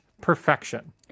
perfection